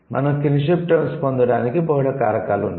మనం 'kinship terms' పొందడానికి బహుళ కారణాలు ఉన్నాయి